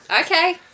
Okay